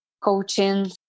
coaching